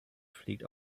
fliegt